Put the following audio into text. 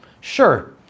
Sure